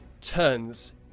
turns